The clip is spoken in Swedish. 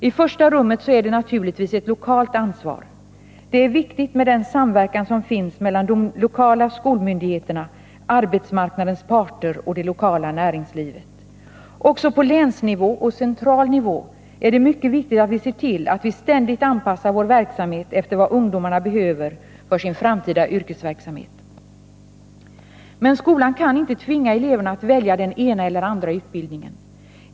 I första rummet är det naturligtvis ett lokalt ansvar. Det är viktigt med den samverkan som finns mellan de lokala skolmyndigheterna, arbetsmarknadens parter och det lokala näringslivet. Även på länsnivå och central nivå är det mycket viktigt att vi ser till att vi ständigt anpassar vår verksamhet efter vad ungdomarna behöver för sin framtida yrkesverksamhet. Men skolan kan inte tvinga eleverna att välja den ena eller andra utbildningen.